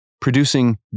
producing